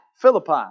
Philippi